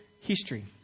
history